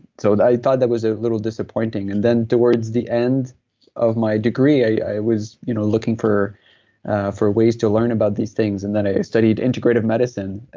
so i thought that was a little disappointing and then towards the end of my degree, i was you know looking for for ways to learn about these things and then i studied integrative medicine,